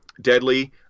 deadly